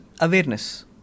awareness